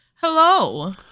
Hello